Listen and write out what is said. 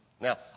Now